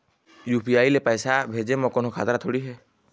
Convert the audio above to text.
UPI ले पैसे भेजे म कोन्हो खतरा थोड़ी हे?